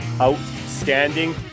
outstanding